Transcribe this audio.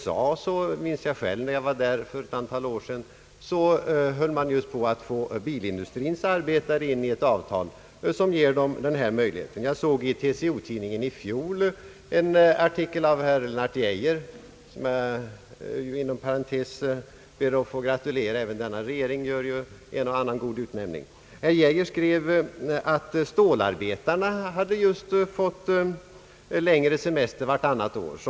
Jag minns att när jag var i USA för ett antal år sedan höll man på att få in bilindustriens arbetare i ett avtal som gav dem denna möjlighet. Jag såg i TCO-tidningen i fjol en artikel av herr Lennart Geijer — som jag inom parentes ber att få gratulera; även denna regering gör en och annan god utnämning — där han skrev att stålarbetarna just hade fått längre semester vartannat år.